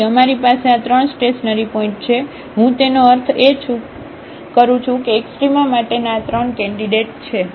તેથી અમારી પાસે આ ત્રણ સ્ટેશનરી પોઇન્ટ છે હું તેનો અર્થ એ છું કે એક્સ્ટ્રામા માટેના આ ત્રણ કેન્ડિડેટ છે